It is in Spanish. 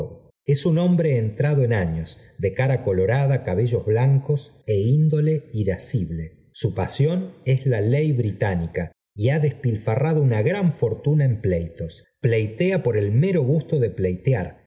es un hombre entrado en años de cara colorada cabellos blancos é índole irascible su pasión es la ley británica y ha despilfarrado una gran fortuna en pleitos pleitea por el mero gusto de pleitear